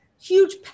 huge